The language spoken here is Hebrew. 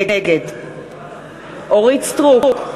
נגד אורית סטרוק,